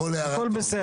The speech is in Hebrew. הכל בסדר.